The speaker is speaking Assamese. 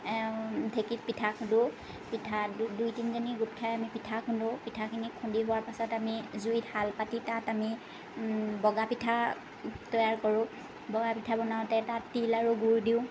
ঢেঁকীত পিঠা খুন্দো পিঠা দুই তিনিজনী গোট খাই আমি পিঠা খুন্দো পিঠাখিনি খুন্দি হোৱাৰ পাছত আমি জুইত শাল পাতি তাত আমি বগা পিঠা তৈয়াৰ কৰোঁ বগা পিঠা বনাওঁতে তাত তিল আৰু গুৰ দিওঁ